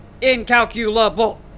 Incalculable